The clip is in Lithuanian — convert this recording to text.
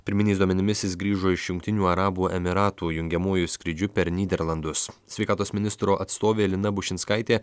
pirminiais duomenimis jis grįžo iš jungtinių arabų emyratų jungiamuoju skrydžiu per nyderlandus sveikatos ministro atstovė lina bušinskaitė